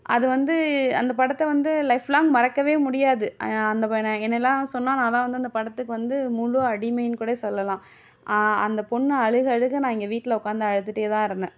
அது வந்து அந்த படத்தை வந்து லைஃப் லாங் மறக்கவே முடியாது அந்த வ நான் என்னைலாம் சொன்னால் நாலாம் வந்து அந்த படத்துக்கு வந்து முழு அடிமைன்னு கூட சொல்லெலாம் அந்த பொண்ணு அழுகை அழுகை நான் இங்கே வீட்டில் உட்காந்து அழுதுகிட்டே தான் இருந்தேன்